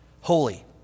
holy